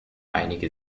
einige